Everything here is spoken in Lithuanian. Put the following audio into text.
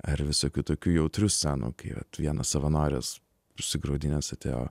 ar visokių tokių jautrių scenų kai va vienas savanoris susigraudinęs atėjo